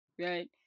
right